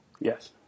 Yes